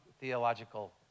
theological